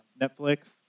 Netflix